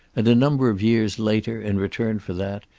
and a number of years later in return for that,